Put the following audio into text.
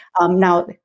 Now